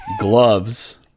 gloves